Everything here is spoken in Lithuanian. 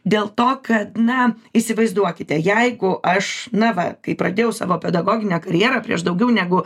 dėl to kad na įsivaizduokite jeigu aš na va kai pradėjau savo pedagoginę karjerą prieš daugiau negu